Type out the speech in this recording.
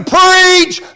preach